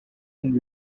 and